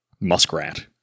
muskrat